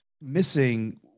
missing